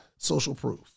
socialproof